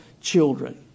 children